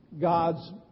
God's